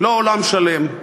לא עולם שלם,